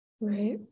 Right